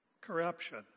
Corruption